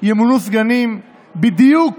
ימונו סגנים בדיוק